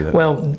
well,